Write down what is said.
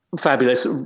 Fabulous